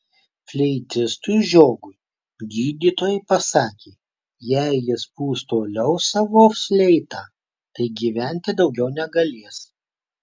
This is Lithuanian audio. fleitistui žiogui gydytojai pasakė jei jis pūs toliau savo fleitą tai gyventi daugiau negalės